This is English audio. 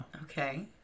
okay